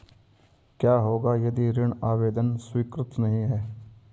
क्या होगा यदि ऋण आवेदन स्वीकृत नहीं है?